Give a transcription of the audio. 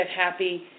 happy